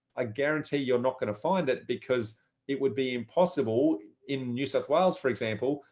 i guarantee you're not going to find that. because it would be impossible in new south wales, for example,